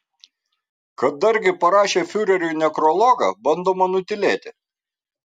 kad dargi parašė fiureriui nekrologą bandoma nutylėti